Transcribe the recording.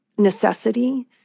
necessity